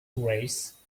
race